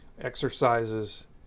exercises